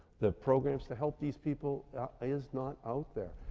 the programs to help these people is not out there.